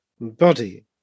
body